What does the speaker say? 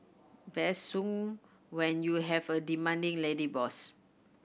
best sung when you have a demanding lady boss